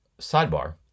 Sidebar